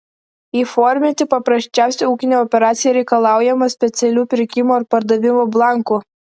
įforminti paprasčiausią ūkinę operaciją reikalaujama specialių pirkimo ar pardavimo blankų